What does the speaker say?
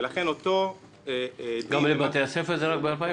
ולכן אותו --- גם לבתי הספר זה רק ב-2020?